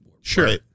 sure